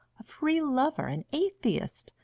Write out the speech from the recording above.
a free-lover, an atheist,